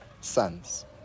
sons